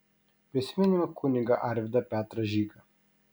prisiminėme kunigą arvydą petrą žygą